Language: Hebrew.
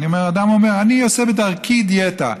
אדם אומר: אני עושה דיאטה בדרכי,